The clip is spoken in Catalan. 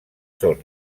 són